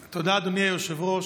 תודה, אדוני היושב-ראש.